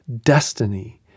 destiny